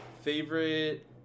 Favorite